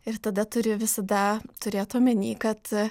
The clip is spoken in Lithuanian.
ir tada turi visada turėt omeny kad